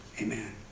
Amen